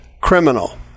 criminal